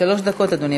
שלוש דקות, אדוני.